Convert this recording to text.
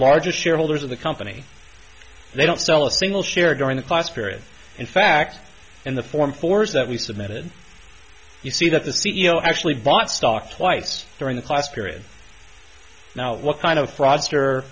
largest shareholders of the company they don't sell a single share during the class period in fact in the form fours that we submitted you see that the c e o actually bought stock twice during the class period now what kind of fraud